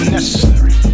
necessary